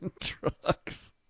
trucks